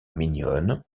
mignonne